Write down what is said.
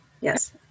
Yes